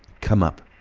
come up,